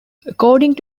according